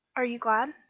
are you glad?